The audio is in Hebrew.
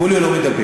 פוליו זה לא מידבק?